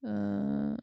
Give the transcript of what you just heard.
اۭں